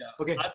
Okay